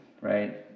right